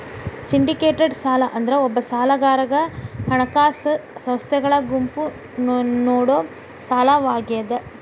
syndicated ಸಾಲ ಅಂದ್ರ ಒಬ್ಬ ಸಾಲಗಾರಗ ಹಣಕಾಸ ಸಂಸ್ಥೆಗಳ ಗುಂಪು ನೇಡೊ ಸಾಲವಾಗ್ಯಾದ